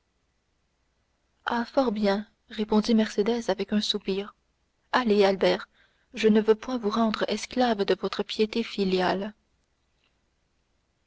fort bien répondit mercédès avec un soupir allez albert je ne veux point vous rendre esclave de votre piété filiale